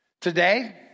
Today